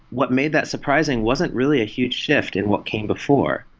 what made that surprising wasn't really a huge shift in what came before.